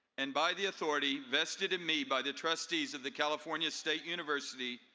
and by the authority vested in me by the trustees of the california state university,